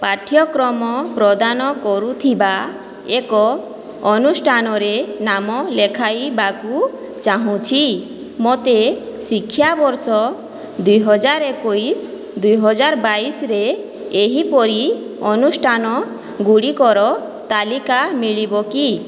ପାଠ୍ୟକ୍ରମ ପ୍ରଦାନ କରୁଥିବା ଏକ ଅନୁଷ୍ଠାନରେ ନାମ ଲେଖାଇବାକୁ ଚାହୁଁଛି ମୋତେ ଶିକ୍ଷାବର୍ଷ ଦୁଇହଜାର ଏକୋଇଶ ଦୁଇହଜାର ବାଇଶରେ ଏହିପରି ଅନୁଷ୍ଠାନ ଗୁଡ଼ିକର ତାଲିକା ମିଳିବ କି